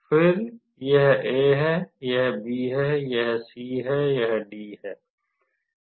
फिर यह A है यह B है यह C है यह D है